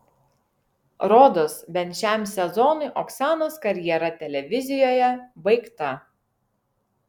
rodos bent šiam sezonui oksanos karjera televizijoje baigta